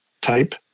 type